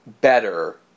better